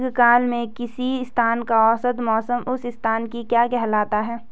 दीर्घकाल में किसी स्थान का औसत मौसम उस स्थान की क्या कहलाता है?